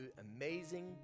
amazing